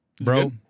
Bro